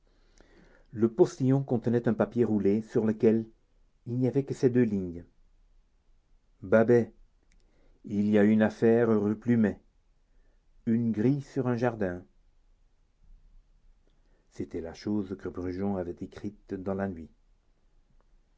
le postillon contenait un papier roulé sur lequel il n'y avait que ces deux lignes babet il y a une affaire rue plumet une grille sur un jardin c'était la chose que brujon avait écrite dans la nuit